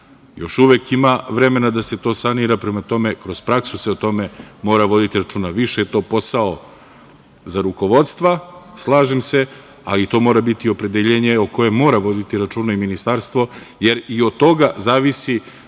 uvek ima vremena se to sanira, prema tome, kroz praksu se o tome mora voditi računa. Više je to posao za rukovodstvo, slažem se, ali to mora biti opredeljenje o kojem mora voditi računa i ministarstvo jer i od toga zavisi